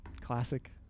Classic